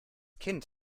kind